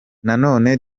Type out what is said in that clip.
nanone